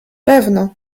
pewno